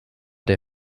der